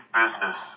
business